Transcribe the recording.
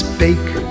fake